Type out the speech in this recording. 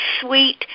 sweet